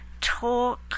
talk